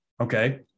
okay